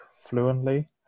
fluently